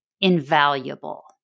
invaluable